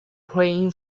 playing